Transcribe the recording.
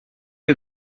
est